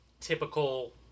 typical